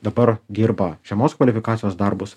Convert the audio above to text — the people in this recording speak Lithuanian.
dabar dirba žemos kvalifikacijos darbus